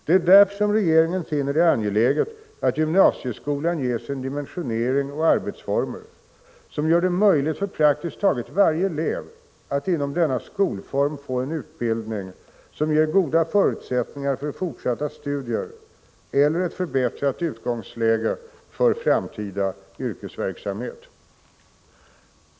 Det är därför som regeringen finner det angeläget att gymnasieskolan ges en dimensionering och arbetsformer som gör det möjligt för praktiskt taget varje elev att inom denna skolform få en utbildning som ger goda förutsättningar för fortsatta studier eller ett förbättrat utgångsläge för framtida yrkesverksamhet.